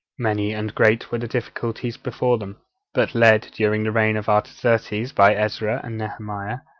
many and great were the difficulties before them but led, during the reign of artaxerxes, by ezra and nehemiah,